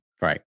Right